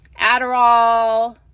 Adderall